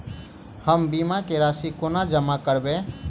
हम बीमा केँ राशि कोना जमा करबै?